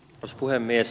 arvoisa puhemies